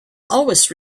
always